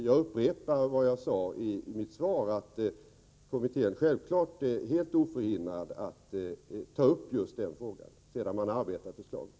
Jag upprepar vad jag sade i mitt svar, nämligen att kommittén självfallet är oförhindrad att ta upp just den frågan sedan man arbetat med förslaget.